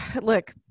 look